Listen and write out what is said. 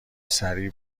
سریع